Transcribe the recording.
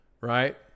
right